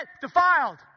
defiled